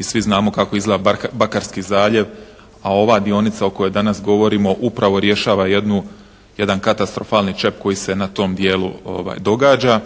svi znamo kako izgleda Bakarski zaljev. A ova dionica o kojoj danas govorimo upravo rješava jedan katastrofalni čep koji se na tom dijelu događa.